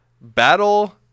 Battle